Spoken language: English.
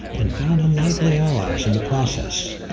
and found unlikely allies in the process.